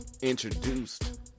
introduced